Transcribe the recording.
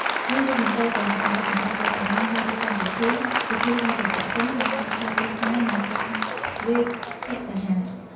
នេះរួមបញ្ចូលទាំងការបោសសម្អាតវត្តអារាម ការរៀបចំពិធី ពិធីហែរប្រទក្សិណ ការស្ដាប់ធម៌ទេសនា និងការវេរភត្តាហារ។